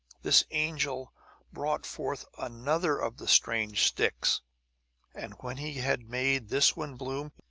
this angel brought forth another of the strange sticks and when he had made this one bloom,